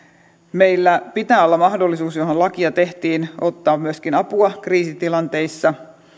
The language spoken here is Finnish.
meillä pitää olla mahdollisuus johon lakia tehtiin ottaa myöskin apua kriisitilanteissa